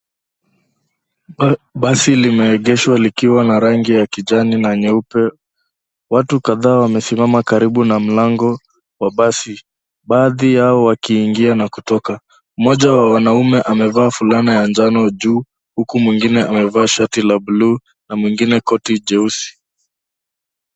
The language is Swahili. Basi limeegeshwa likiwa na rangi ya kijani na nyeupe, watu kadhaa wamesimama karibu na mlango wa basi, baadhi yao wakiingia, na kutoka. Mmoja wa wanaume amevaa fulana ya njano juu, huku mwingine amevaa shati la blue , na mwingine koti jeusi.